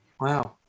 Wow